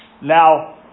Now